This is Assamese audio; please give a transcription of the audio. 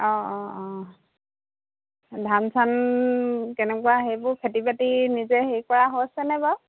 অঁ অঁ অঁ ধান চান কেনেকুৱা সেইবোৰ খেতি বাতি নিজে হেৰি কৰা হৈছেনে বাৰু